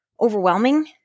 overwhelming